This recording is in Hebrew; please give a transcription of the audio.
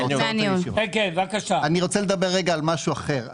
אני רוצה לדבר על משהו אחר.